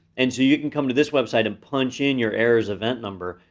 and so you can come to this website and punch in your error's event number,